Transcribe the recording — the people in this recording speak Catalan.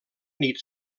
nit